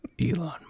Elon